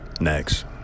Next